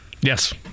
Yes